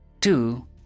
two